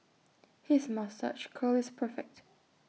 his moustache curl is perfect